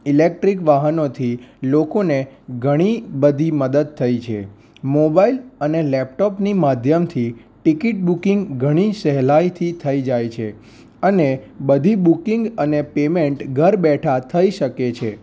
electric વાહનોથી લોકોને ઘણી બધી મદદ થઈ છે મોબાઈલ અને લેપટોપની માધ્યમથી ટિકિટ બુકિંગ ઘણી સહેલાઈથી થઈ જાય છે અને બધી બુકિંગ અને પેમેન્ટ ઘર બેઠા થઈ શકે છે